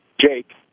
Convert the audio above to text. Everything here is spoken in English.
Jake